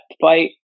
fight